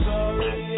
Sorry